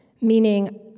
Meaning